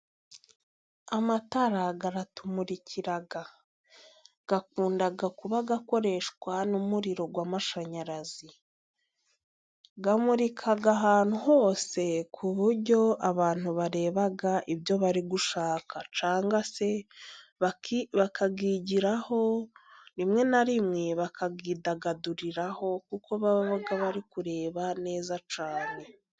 Amatara aratumurikira. Akunda kuba akoreshwa n'umuriro w'amashanyarazi. Amurika ahantu hose ku buryo abantu bareba ibyo bari gushaka, cyangwa se bakayigiraho. Rimwe na rimwe bakayidagaduriraho, kuko baba bari kureba neza cyane.